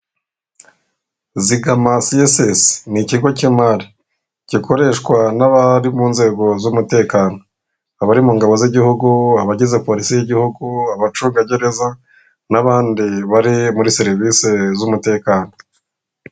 Zigama siyesesi ni ikigo cy'imari. Gikoreshwa n'abari mu nzego z'umutekano, abari mu ngabo z'igihugu, abagize polisi y'igihugu, abacungagereza, n'abandi bari muri serivisi z'umutekano.